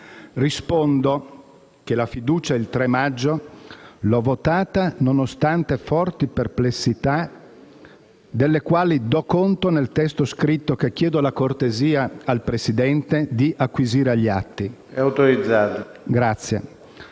Rispondo che la fiducia del 3 maggio l'ho votata nonostante forti perplessità, delle quali do conto nel testo scritto, che chiedo la cortesia al Presidente di acquisire agli atti. PRESIDENTE. La